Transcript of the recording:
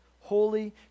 holy